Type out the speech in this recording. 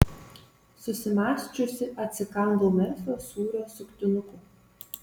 susimąsčiusi atsikandau merfio sūrio suktinuko